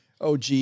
OG